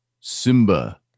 Simba